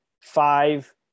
five